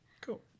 Cool